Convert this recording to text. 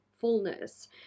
fullness